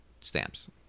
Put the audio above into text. stamps